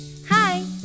Hi